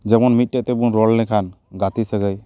ᱡᱮᱢᱚᱱ ᱢᱤᱫᱴᱮᱱ ᱛᱮᱵᱚᱱ ᱨᱚᱲ ᱞᱮᱠᱷᱟᱱ ᱜᱟᱛᱮ ᱥᱟᱹᱜᱟᱹᱭ